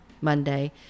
monday